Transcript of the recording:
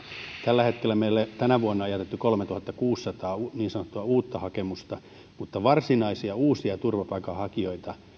tällä hetkellä meille tänä vuonna on jätetty kolmentuhannenkuudensadan niin sanottua uutta hakemusta mutta varsinaisia uusia turvapaikanhakijoita